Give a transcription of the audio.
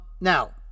Now